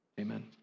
Amen